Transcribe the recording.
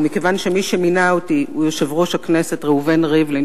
וכיוון שמי שמינה אותי הוא יושב-ראש הכנסת ראובן ריבלין,